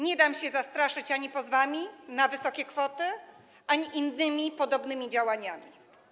Nie dam się zastraszyć ani pozwami na wysokie kwoty, ani innymi podobnymi działaniami.